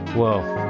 whoa